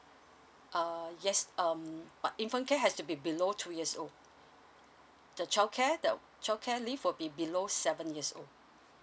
err yes um but infant care has to be below two years old the childcare the childcare leave will be below seven years old